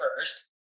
first